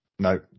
No